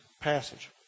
passage